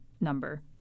number